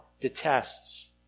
detests